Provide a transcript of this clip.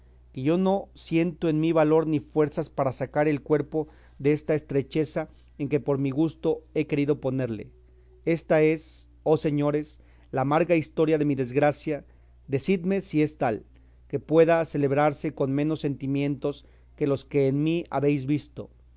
que yo no siento en mí valor ni fuerzas para sacar el cuerpo desta estrecheza en que por mi gusto he querido ponerle ésta es oh señores la amarga historia de mi desgracia decidme si es tal que pueda celebrarse con menos sentimientos que los que en mí habéis visto